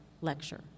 lecture